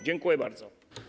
Dziękuję bardzo.